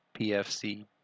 PFC